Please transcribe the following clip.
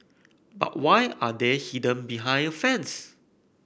but why are they hidden behind a fence